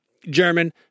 German